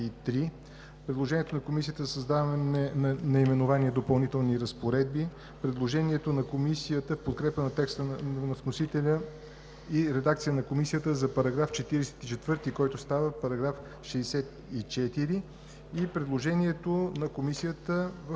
предложението на Комисията за създаване на наименование „Допълнителни разпоредби“; предложението на Комисията в подкрепа на текста на вносителя и редакция на Комисията за § 44, който става § 64, и предложението на Комисията в